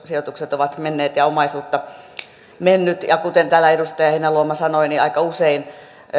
sijoitukset ovat menneet ja omaisuutta on mennyt kuten täällä edustaja heinäluoma sanoi aika usein